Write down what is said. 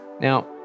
Now